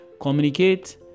communicate